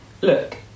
look